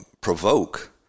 provoke